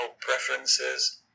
preferences